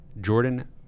Jordan